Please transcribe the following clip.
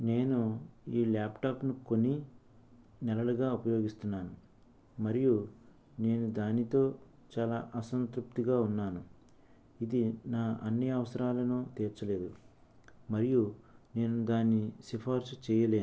నేను ఈ ల్యాప్టాప్ను కొని నెలలుగా ఉపయోగిస్తున్నాను మరియు నేను దానితో చాలా అసంతృప్తిగా ఉన్నాను ఇది నా అన్ని అవసరాలను తీర్చలేవు మరియు నేను దాన్ని సిఫార్సు చేయలేను